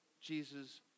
Jesus